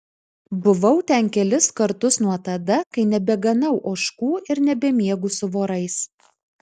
buvau ten kelis kartus nuo tada kai nebeganau ožkų ir nebemiegu su vorais